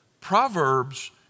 Proverbs